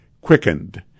quickened